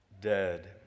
dead